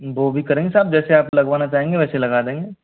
वो भी करेंगे साहब जैसे आप लगवाना चाहेंगे वैसे लगा देंगे